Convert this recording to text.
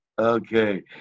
Okay